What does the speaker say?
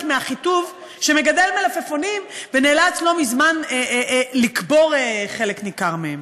מאחיטוב שמגדל מלפפונים ונאלץ לא מזמן לקבור חלק ניכר מהם.